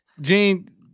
Gene